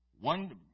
One